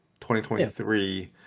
2023